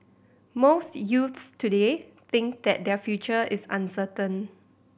most youths today think that their future is uncertain